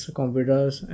computers